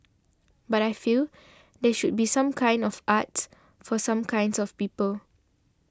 but I feel there should be some kinds of arts for some kinds of people